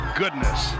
goodness